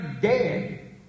dead